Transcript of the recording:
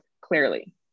clearly